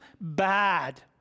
bad